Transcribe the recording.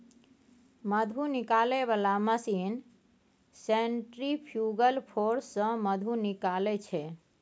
मधु निकालै बला machine centrifugal force सँ मधु निकालै छै